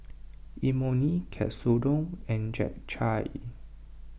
Imoni Katsudon and Japchae